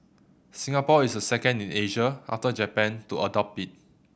Singapore is the second in Asia after Japan to adopt it